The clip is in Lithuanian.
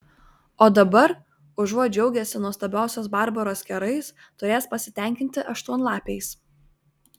o dabar užuot džiaugęsi nuostabiosios barbaros kerais turės pasitenkinti aštuonlapiais